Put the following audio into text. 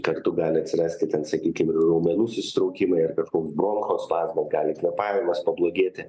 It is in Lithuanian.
kartu gali atsirasti ten sakykim ir raumenų susitraukimai ar kažkoks bronchospazmas gali kvėpavimas pablogėti